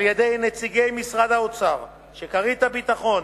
על-ידי נציגי משרד האוצר, שכרית הביטחון,